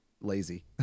lazy